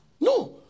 No